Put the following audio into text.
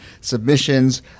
submissions